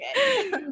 Okay